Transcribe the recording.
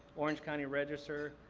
orange county register,